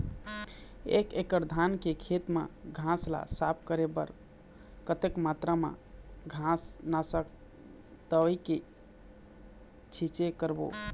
एक एकड़ धान के खेत मा घास ला साफ करे बर कतक मात्रा मा घास नासक दवई के छींचे करबो?